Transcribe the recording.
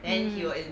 mm